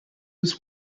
was